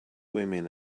women